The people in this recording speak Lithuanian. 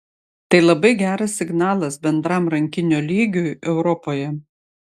tai labai geras signalas bendram rankinio lygiui europoje